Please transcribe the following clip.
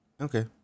Okay